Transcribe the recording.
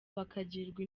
bakagirwa